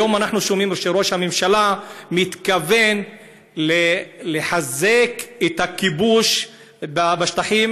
היום אנחנו שומעים שראש הממשלה מתכוון לחזק את הכיבוש בשטחים